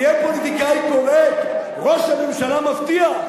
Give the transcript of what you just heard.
תהיה פוליטיקאי, ראש הממשלה מבטיח,